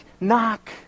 knock